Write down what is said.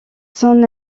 son